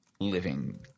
living